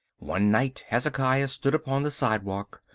one night hezekiah stood upon the sidewalk.